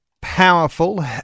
powerful